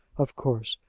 of course,